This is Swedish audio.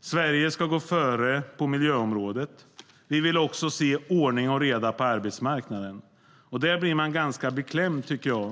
Sverige ska gå före på miljöområdet. Vi vill också se ordning och reda på arbetsmarknaden. Där blir man ganska beklämd, tycker jag.